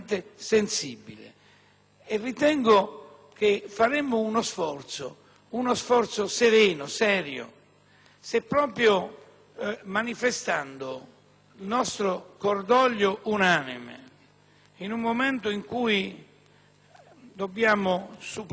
e serio, manifestando il nostro cordoglio unanime nel momento in cui dobbiamo superare gli asti. Poi, ognuno di noi si assumerà le sue responsabilità e dichiarerà quanto dovrà dichiarare,